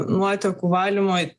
nuotekų valymo